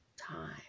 Time